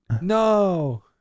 No